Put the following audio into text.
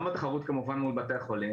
גם בתחרות כמובן מול בתי החולים,